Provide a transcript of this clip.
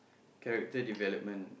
character development